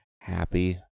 happy